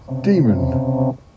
Demon